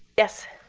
yes.